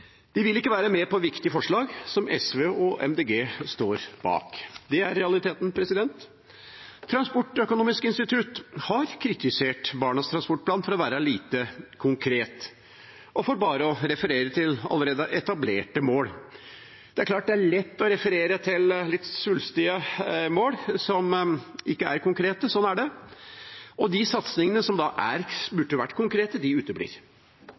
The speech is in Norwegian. De vil ikke være med på viktige forslag som SV og Miljøpartiet De Grønne står bak. Det er realiteten. Transportøkonomisk institutt har kritisert Barnas transportplan for å være lite konkret, og for bare å referere til allerede etablerte mål. Det er klart det er lett å referere til litt svulstige mål som ikke er konkrete – sånn er det. Og de satsingene som da burde ha vært konkrete, uteblir.